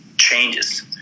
changes